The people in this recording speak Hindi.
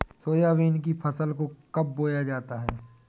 सोयाबीन की फसल को कब बोया जाता है?